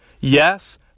Yes